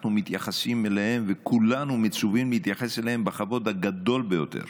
אנחנו מתייחסים אליהם וכולנו מצווים להתייחס אליהם בכבוד הגדול ביותר